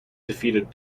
defeated